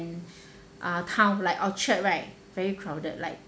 and uh town like orchard right very crowded like